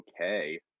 okay